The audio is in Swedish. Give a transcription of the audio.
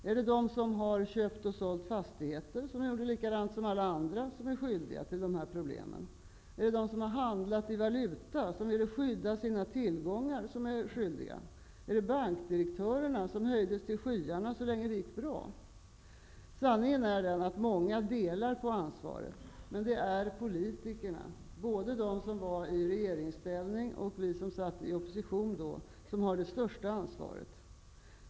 Är det de som har köpt och sålt fastigheter, som gjorde likadant som alla andra, som är skyldiga till dessa problem? Är det de som har handlat i valuta, som ville skydda sina tillgångar, som är skyldiga? Är det bankdirektörerna, som höjdes till skyarna så länge det gick bra? Sanningen är att många delar på ansvaret. Men det är politikerna, både de som var i regeringsställning och vi som satt i opposition, som har det största ansvaret.